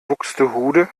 buxtehude